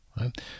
right